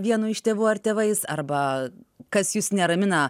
vienu iš tėvų ar tėvais arba kas jus neramina